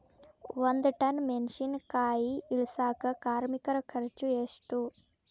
ಒಂದ್ ಟನ್ ಮೆಣಿಸಿನಕಾಯಿ ಇಳಸಾಕ್ ಕಾರ್ಮಿಕರ ಖರ್ಚು ಎಷ್ಟು?